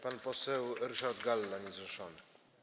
Pan poseł Ryszard Galla, poseł niezrzeszony.